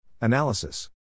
Analysis